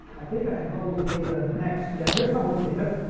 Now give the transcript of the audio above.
i think i have hubble's data next. yeah, here's hubble's data.